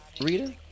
Rita